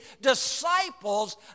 disciples